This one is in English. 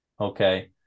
Okay